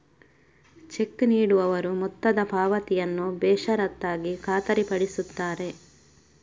check ನೀಡುವವರು ಮೊತ್ತದ ಪಾವತಿಯನ್ನು ಬೇಷರತ್ತಾಗಿ ಖಾತರಿಪಡಿಸುತ್ತಾರೆ